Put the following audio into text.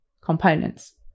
components